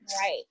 Right